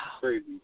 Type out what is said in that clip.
crazy